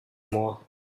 more